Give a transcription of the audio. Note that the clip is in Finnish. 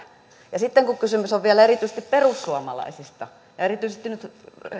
ja sitten kun kysymys on vielä erityisesti perussuomalaisista ja erityisesti